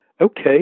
okay